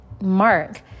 mark